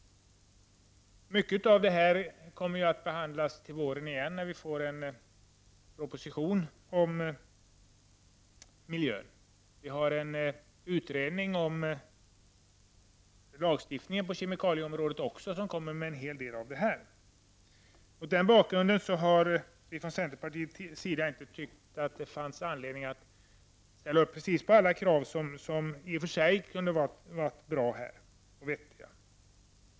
Mycket av det som står i betänkandet kommer att behandlas i vår igen när regeringen lägger fram en proposition om miljön. En utredning är tillsatt för att utreda lagstiftningen på kemikalieområdet och som också kommer med förslag. Mot denna bakgrund anser vi från centerpartiets sida att det inte har funnits anledning att ställa oss bakom alla krav i detta sammanhang, vilka i och för sig kunde ha varit bra och vettiga.